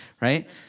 right